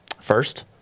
first